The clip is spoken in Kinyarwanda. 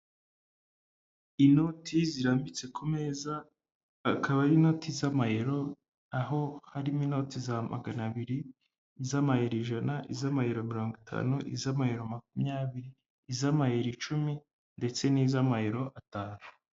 Inoti zirambitse ku meza, akaba ari noti z'amayero, aho harimo inoti za magana abiri, z'amayeri ijana, z'amayero mirongo itanu, iz'amayero makumyabiri, iz'amayeri icumi ndetse n'iz'amayero atanu.